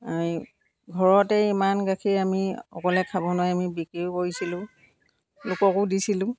ঘৰতে ইমান গাখীৰ আমি অকলে খাব নোৱাৰী আমি বিক্ৰীও কৰিছিলোঁ লোককো দিছিলোঁ